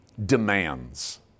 demands